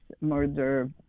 murder